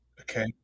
Okay